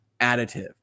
additive